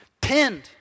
pinned